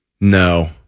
No